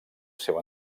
seu